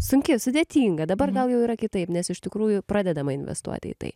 sunki sudėtinga dabar gal jau yra kitaip nes iš tikrųjų pradedama investuoti į tai